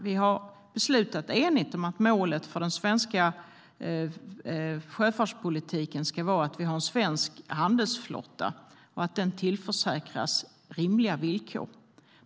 Vi har enigt beslutat att målet för den svenska sjöfartspolitiken ska vara att vi har en svensk handelsflotta och att den tillförsäkras rimliga villkor.